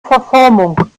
verformung